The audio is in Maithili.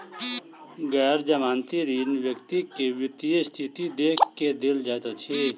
गैर जमानती ऋण व्यक्ति के वित्तीय स्थिति देख के देल जाइत अछि